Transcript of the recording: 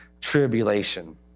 tribulation